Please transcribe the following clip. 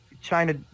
China